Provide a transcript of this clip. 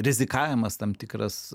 rizikavimas tam tikras